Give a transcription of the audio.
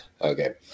okay